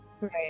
right